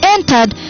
Entered